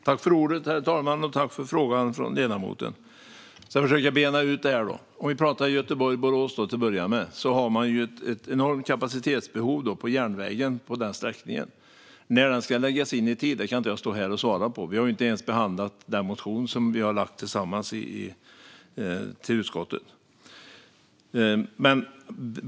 Herr talman! Jag tackar för frågan från ledamoten. Jag ska försöka bena ut det här. För att börja med Göteborg-Borås har man ju ett enormt kapacitetsbehov på järnvägen på den sträckan. När i tiden detta ska läggas in kan inte jag svara på här. Vi har ju inte ens behandlat den motion som vi tillsammans lagt till utskottet.